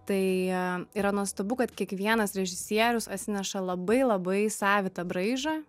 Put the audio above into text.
tai yra nuostabu kad kiekvienas režisierius atsineša labai labai savitą braižą